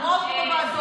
אני רואה אותך בוועדות,